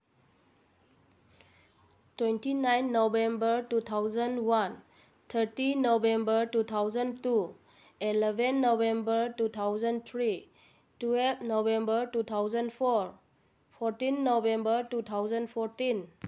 twenty nine November two thousand one thirty November two thousand two eleven November two thousand three twelve November two thousand four fourteen November two thousand fourteen